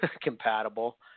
compatible